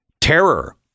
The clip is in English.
Terror